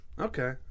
okay